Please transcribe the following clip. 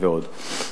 ועוד.